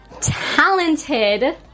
Talented